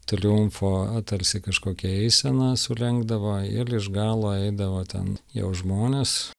triumfo tarsi kažkokią eiseną surengdavo ir iš galo eidavo ten jau žmonės